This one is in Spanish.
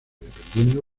dependiendo